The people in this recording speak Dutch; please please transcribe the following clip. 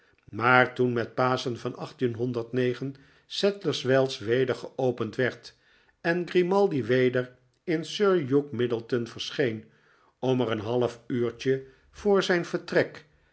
maar toen metpaschen van sadlers wells weder geopend werd en grimaldi weder in sir hugh middleton yerscheen om er een half uurtje voor zijn vertrek